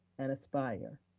and aspire.